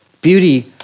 Beauty